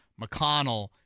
McConnell